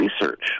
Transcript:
research